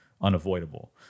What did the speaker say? unavoidable